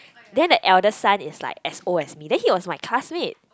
then the eldest son is like as old as me then he was my classmate